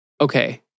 okay